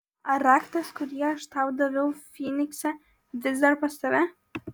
ar raktas kurį aš tau daviau fynikse vis dar pas tave